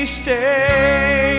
stay